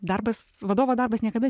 darbas vadovo darbas niekada